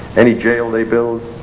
any jail they build,